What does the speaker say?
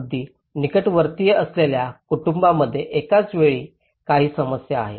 अगदी निकटवर्तीय असलेल्या कुटुंबांमध्ये एकाच वेळी काही समस्या आहेत